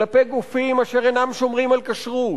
כלפי גופים אשר אינם שומרים על כשרות,